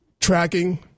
tracking